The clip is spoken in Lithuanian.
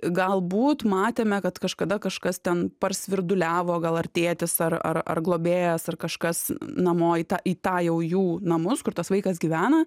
galbūt matėme kad kažkada kažkas ten parsvirduliavo gal ar tėtis ar ar ar globėjas ar kažkas namo į tą į tą jau į jų namus kur tas vaikas gyvena